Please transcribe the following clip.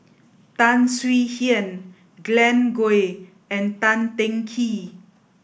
Tan Swie Hian Glen Goei and Tan Teng Kee